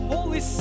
Holy